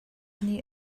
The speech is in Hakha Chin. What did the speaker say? nih